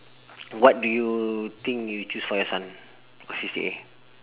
what do you think you choose for your son for C_C_A